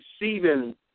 receiving